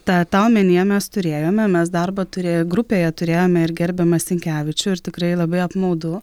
ta tą omenyje mes turėjome mes darbą turė grupėje turėjome ir gerbiamą sinkevičių ir tikrai labai apmaudu